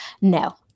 No